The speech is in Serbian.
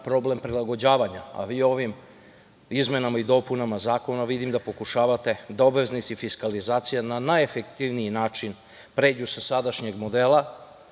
problem prilagođavanja, a vi ovim izmenama i dopunama zakona pokušavate da obveznici fiskalizacije na najefektivniji način pređu sa sadašnjeg modela